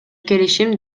келишим